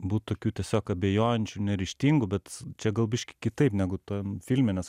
būt tokiu tiesiog abejojančiu neryžtingu bet čia gal biškį kitaip negu tam filme nes